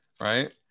Right